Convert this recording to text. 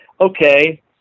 okay